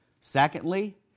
Secondly